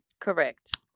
correct